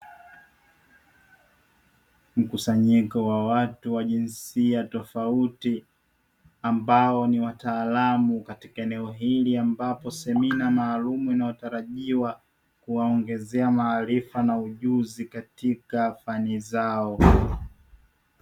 Mkusanyiko wa watu wa jinsia tofauti, ambao ni wataalamu katika eneo hili, ambapo semina maalumu inayotarajiwa kuwaongezea maarifa na ujuzi katika fani zao.